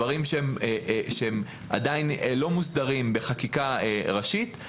דברים שעדיין לא מוסדרים בחקיקה ראשית,